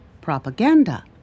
propaganda